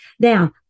Now